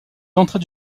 entrées